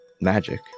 magic